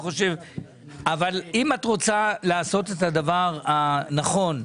אם את רוצה לעשות את הדבר הנכון,